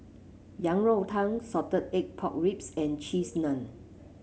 Yang Rou Tang Salted Egg Pork Ribs and Cheese Naan